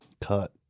Cut